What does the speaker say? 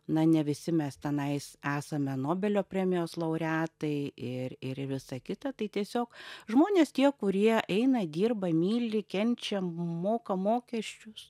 na ne visi mes tenais esame nobelio premijos laureatai ir ir visa kita tai tiesiog žmonės tie kurie eina dirba myli kenčia moka mokesčius